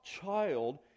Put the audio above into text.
child